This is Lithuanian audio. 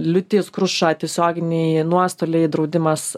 liūtis kruša tiesioginiai nuostoliai draudimas